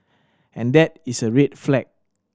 and that is a red flag